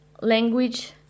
language